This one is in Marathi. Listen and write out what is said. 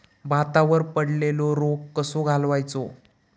भातावर पडलेलो रोग कसो घालवायचो?